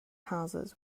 houses